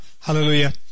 hallelujah